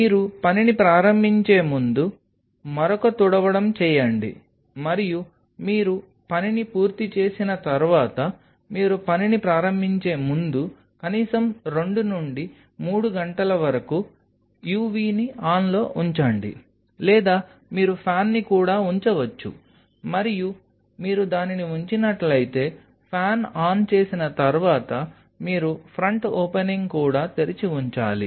మీరు పనిని ప్రారంభించే ముందు మరొక తుడవడం చేయండి మరియు మీరు పనిని పూర్తి చేసిన తర్వాత మీరు పనిని ప్రారంభించే ముందు కనీసం 2 నుండి 3 గంటల వరకు UV ని ఆన్లో ఉంచండి లేదా మీరు ఫ్యాన్ని కూడా ఉంచవచ్చు మరియు మీరు దానిని ఉంచినట్లయితే ఫ్యాన్ ఆన్ చేసిన తర్వాత మీరు ఫ్రంట్ ఓపెనింగ్ కూడా తెరిచి ఉంచాలి